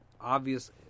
obvious